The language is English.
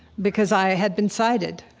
because i had been sighted.